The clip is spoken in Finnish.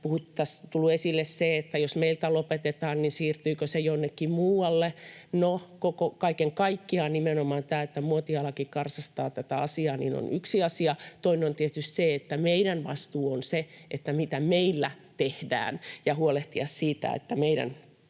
Tässä on tullut esille se, että jos se meiltä lopetetaan, niin siirtyykö se jonnekin muualle. No, kaiken kaikkiaan nimenomaan tämä, että muotialakin karsastaa tätä asiaa, on yksi asia. Toinen on tietysti se, että meidän vastuu on se, mitä meillä tehdään, ja huolehtia siitä, että meidän